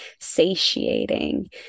satiating